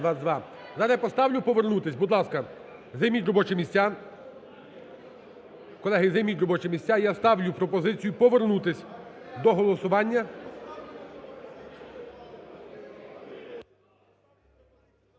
Зараз я поставлю повернутись. Будь ласка, займіть робочі місця. Колеги, займіть робочі місця. І я ставлю пропозицію повернутись до голосування…